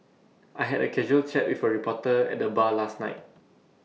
I had A casual chat with A reporter at the bar last night